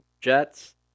Jets